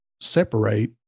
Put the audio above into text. separate